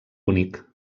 únic